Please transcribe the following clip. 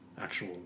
actual